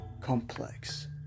complex